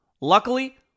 Luckily